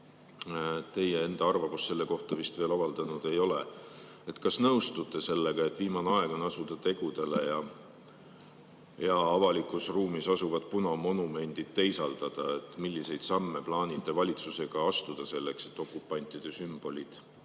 teie enda arvamust selle kohta vist veel avaldanud ei ole. Kas nõustute sellega, et viimane aeg on asuda tegudele ja avalikus ruumis asuvad punamonumendid teisaldada? Milliseid samme plaanite valitsusega astuda selleks, et okupantide sümbolid